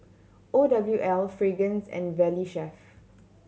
O W L Fragrance and Valley Chef